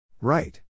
Right